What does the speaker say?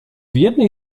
jednej